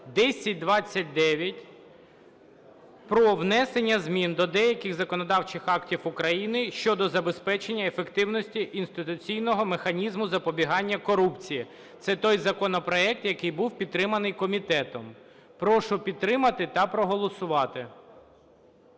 1029) про внесення змін до деяких законодавчих актів України щодо забезпечення ефективності інституційного механізму запобігання корупції. Це той законопроект, який був підтриманий комітетом. Прошу підтримати та проголосувати.